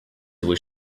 was